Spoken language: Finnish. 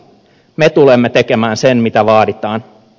me tulemme tekemään sen mitä vaaditaan